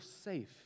safe